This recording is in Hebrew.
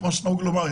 כמו שנהוג לומר,